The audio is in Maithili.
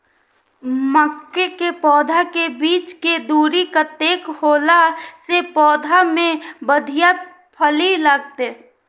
मके के पौधा के बीच के दूरी कतेक होला से पौधा में बढ़िया फली लगते?